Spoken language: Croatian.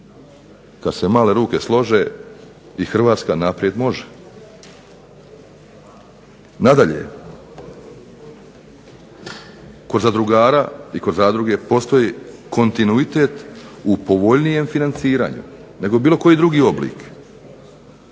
kad se male ruke slože i Hrvatska naprijed može. Nadalje, kod zadrugara i kod zadruge postoji kontinuitet u povoljnijem financiranju nego bilo koji drugi oblik,